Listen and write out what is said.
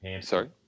Sorry